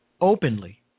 openly